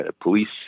police